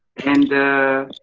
and